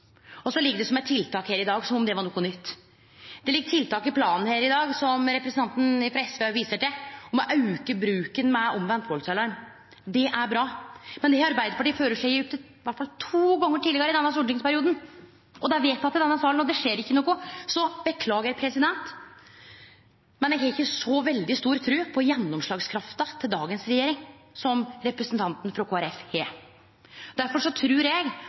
Og så ligg det som eit tiltak her i dag – som om det var noko nytt. Det ligg tiltak i planen her i dag, som representanten frå SV òg viser til, om å auke bruken med omvendt valdsalarm. Det er bra, men det har Arbeiderpartiet føreslege iallfall to gonger tidlegare i denne stortingsperioden, og det er vedteke i denne salen, og det skjer ikkje noko. Så eg beklagar, men eg har ikkje så veldig stor tru på gjennomslagskrafta til dagens regjering som representanten frå Kristeleg Folkeparti har. Difor trur eg